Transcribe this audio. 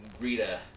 Rita